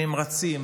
נמרצים